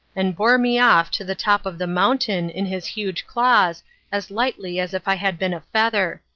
and bore me off to the top of the mountain in his huge claws as lightly as if i had been a feather,